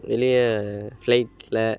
வெளியே ஃப்ளைட்டில்